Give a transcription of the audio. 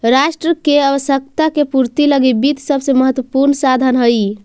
राष्ट्र के आवश्यकता के पूर्ति लगी वित्त सबसे महत्वपूर्ण साधन हइ